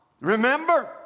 Remember